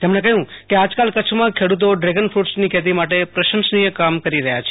તેમણે કહ્યું કે આજકાલ કચ્છમાં ખેડૂતો ડ્રેગન કૂટ્સની ખેતી માટે પ્રશંસનીય કામ કરી રહ્યા છે